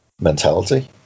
mentality